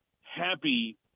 happy